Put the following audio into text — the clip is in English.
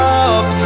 up